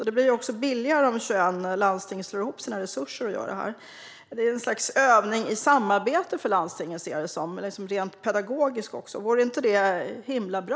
Det blir också billigare om 21 landsting slår ihop sina resurser och gör det här. Jag ser det som ett slags övning i samarbete, rent pedagogiskt, för landstingen. Vore inte det himla bra?